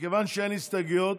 --- מכיוון שאין הסתייגויות,